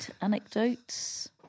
anecdotes